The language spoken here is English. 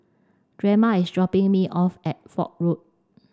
Drema is dropping me off at Foch Road